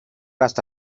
hasta